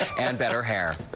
and better hair.